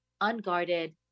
unguarded